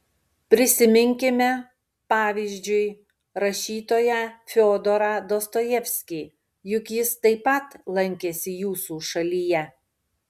prisiminkime pavyzdžiui rašytoją fiodorą dostojevskį juk jis taip pat lankėsi jūsų šalyje